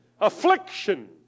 affliction